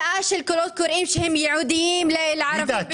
הוצאה של קולות קוראים שהם ייעודיים לערבים --- ג'ידא,